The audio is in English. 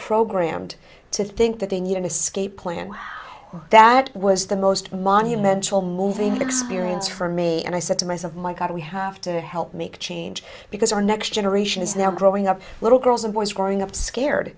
programmed to think that they need an escape plan that was the most monumental moving experience for me and i said to myself my god we have to help make change because our next generation is they're growing up little girls and boys growing up scared